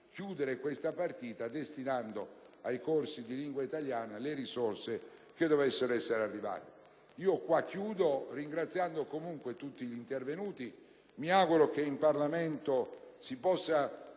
chiudere questa partita destinando ai corsi di lingua italiana le risorse che dovessero pervenire. Concludo ringraziando comunque tutti gli intervenuti. Mi auguro che in Parlamento si possa